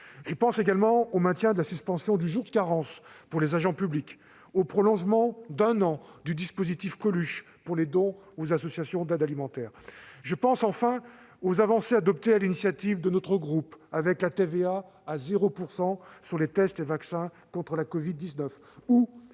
Je pense également au maintien de la suspension du jour de carence pour les agents publics et au prolongement d'un an du dispositif Coluche pour les dons aux associations d'aide alimentaire. Je pense enfin aux avancées adoptées sur l'initiative de notre groupe, qu'il s'agisse de la TVA à 0 % sur les tests et vaccins contre la covid-19